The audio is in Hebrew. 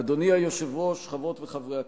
אדוני היושב-ראש, חברות וחברות הכנסת,